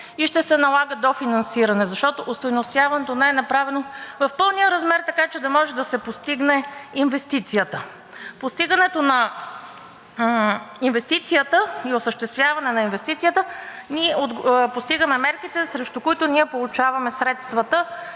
и ще се налага дофинансиране, защото остойностяването не е направено в пълния размер, така че да може да се постигне инвестицията. С постигането на инвестицията и осъществяването на инвестицията ние постигаме мерките, срещу които получаваме средствата